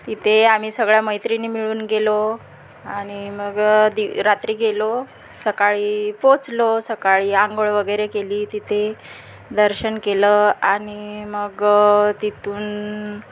तिथे आम्ही सगळ्या मैत्रिणी मिळून गेलो आणि मग दि रात्री गेलो सकाळी पोचलो सकाळी आंघोळ वगैरे केली तिथे दर्शन केलं आणि मग तिथून